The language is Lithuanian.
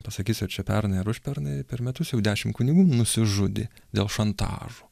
pasakysiu ar čia pernai ar užpernai per metus jau dešim kunigų nusižudė dėl šantažo